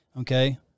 Okay